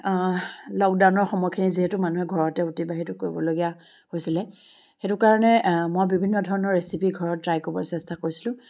লকডাউনৰ সময়খিনিত যিহেতু মানুহে ঘৰতে অতিবাহিত কৰিবলগীয়া হৈছিলে সেইটো কাৰণে মই বিভিন্ন ধৰণৰ ৰেচিপি ঘৰত ট্ৰাই কৰিবলৈ চেষ্টা কৰিছিলোঁ